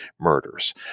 murders